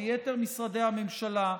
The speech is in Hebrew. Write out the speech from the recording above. ליתר משרדי הממשלה,